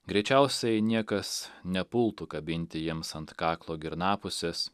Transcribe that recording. greičiausiai niekas nepultų kabinti jiems ant kaklo girnapusės